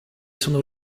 sono